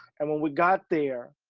and when we got there,